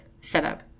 setup